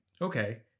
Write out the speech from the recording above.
okay